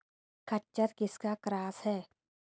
खच्चर किसका क्रास है?